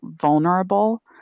vulnerable